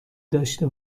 داشته